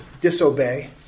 disobey